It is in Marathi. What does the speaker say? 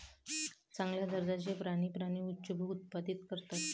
चांगल्या दर्जाचे प्राणी प्राणी उच्चभ्रू उत्पादित करतात